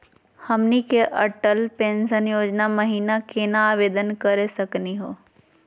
हमनी के अटल पेंसन योजना महिना केना आवेदन करे सकनी हो?